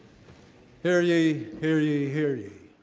hear ye, hear ye, hear you.